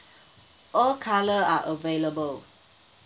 all colour are available